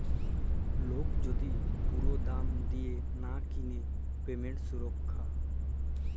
lock যদি পুরা দাম দিয়া লায় কিলে পেমেন্ট সুরক্ষা